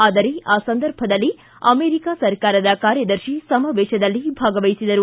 ಆದರೆ ಆ ಸಂದರ್ಭದಲ್ಲಿ ಅಮೆರಿಕಾ ಸರ್ಕಾರದ ಕಾರ್ಯದರ್ತಿ ಸಮಾವೇಶದಲ್ಲಿ ಭಾಗವಹಿಸಿದ್ದರು